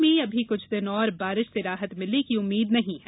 प्रदेश में अभी कृछ दिन और बारिश से राहत मिलने की उम्मीद नहीं है